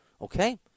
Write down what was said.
okay